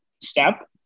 step